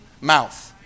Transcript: mouth